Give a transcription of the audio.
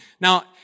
Now